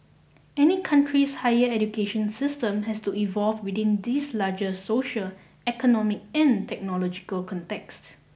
any country's higher education system has to evolve within these larger social economic and technological contexts